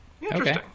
Interesting